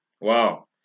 Wow